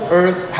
earth